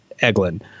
Eglin